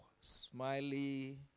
smiley